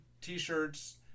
T-shirts